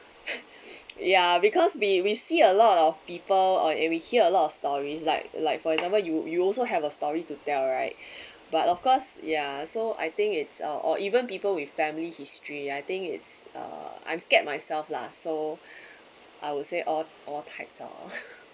ya because we we see a lot of people uh and we hear a lot of stories like like for example you you also have a story to tell right but of course ya so I think it's a or even people with family history I think it's uh I'm scared myself lah so I would say all all types oh